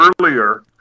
earlier